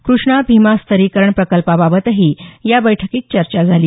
कृष्णा भिमा स्तरीकरण प्रकल्पाबाबतही या बैठकीत चर्चा झाली